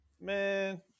Man